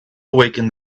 awaken